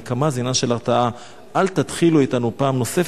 נקמה זה עניין של הרתעה: אל תתחילו אתנו פעם נוספת.